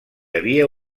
havia